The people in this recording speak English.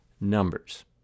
numbers